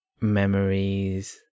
memories